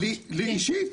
לי אישית?